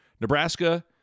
Nebraska